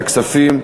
76,